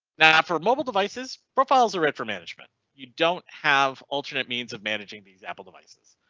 now for mobile devices profiles are red for management you don't have alternate means of managing these apple devices.